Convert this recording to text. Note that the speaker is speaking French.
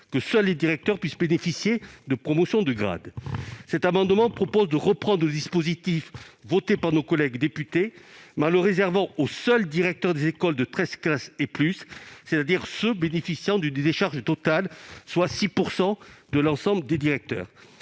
que seuls les directeurs puissent bénéficier d'avancement de grade. Cet amendement a pour objet de reprendre le dispositif voté par nos collègues députés en le réservant aux seuls directeurs des écoles de treize classes et plus, à savoir ceux qui bénéficient d'une décharge totale, soit 6 % de l'ensemble des directeurs.